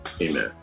Amen